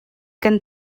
kan